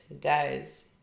guys